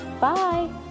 Bye